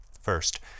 First